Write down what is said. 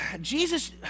Jesus